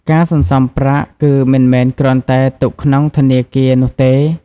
ការសន្សំប្រាក់ គឺមិនមែនគ្រាន់តែទុកក្នុងធនាគារនោះទេ។